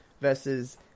versus